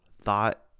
thought